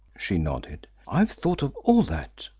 she nodded. i've thought of all that.